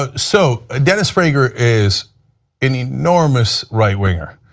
ah so, ah dennis prager is an enormous right-winger.